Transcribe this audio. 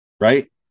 right